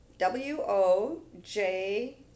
W-O-J